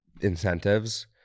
incentives